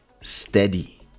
steady